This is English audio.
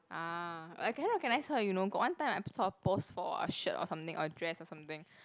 ah but I cannot recognise her you know got one time I saw her pose for a shirt or something a dress or something